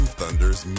Thunders